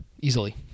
easily